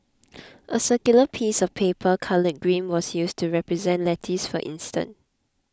a circular piece of paper coloured green was used to represent lettuce for instance